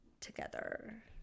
together